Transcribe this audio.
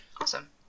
Awesome